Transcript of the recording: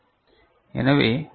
C2 20 C7 C6'